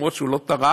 אפילו שהוא לא טרח,